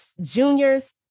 juniors